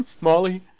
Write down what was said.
Molly